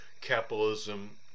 capitalism